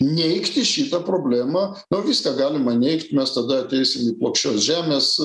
neigti šitą problemą nu viską galima neigt mes tada ateisim į plokščios žemės